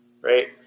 Right